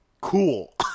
cool